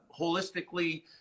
holistically